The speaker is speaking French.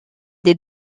des